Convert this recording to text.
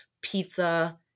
pizza